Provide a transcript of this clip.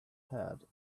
head